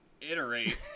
iterate